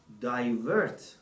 divert